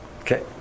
Okay